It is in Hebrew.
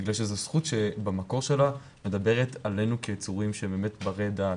בגלל שזו זכות שבמקור שלה מדברת עלינו כיצורים ברי דעת.